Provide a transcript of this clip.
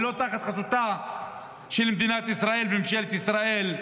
ולא תחת חסותה של מדינת ישראל וממשלת ישראל,